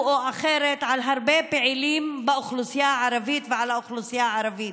או אחרת על הרבה פעילים באוכלוסייה הערבית ועל האוכלוסייה הערבית,